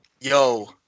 Yo